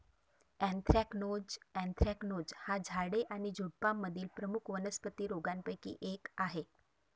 anthracnose anthracnose हा झाडे आणि झुडुपांमधील प्रमुख वनस्पती रोगांपैकी एक आहे